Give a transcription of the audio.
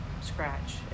scratch